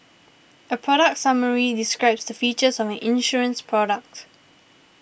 a product summary describes the features of an insurance product